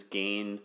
gain